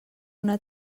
una